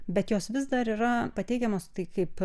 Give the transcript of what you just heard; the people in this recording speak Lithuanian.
bet jos vis dar yra pateikiamos tai kaip